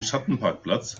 schattenparkplatz